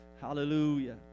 Hallelujah